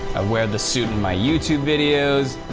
wear the suit in my youtube videos,